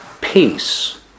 Peace